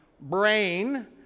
brain